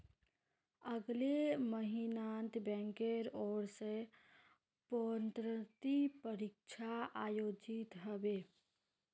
अगले महिनात बैंकेर ओर स प्रोन्नति परीक्षा आयोजित ह बे